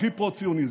הכי פרו-ציוני.